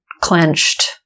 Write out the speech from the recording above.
clenched